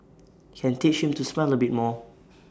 can teach him to smile A bit more